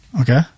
Okay